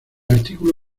artículo